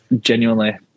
Genuinely